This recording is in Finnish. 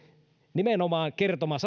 nimenomaan kertoma